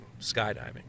skydiving